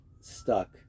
stuck